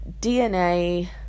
DNA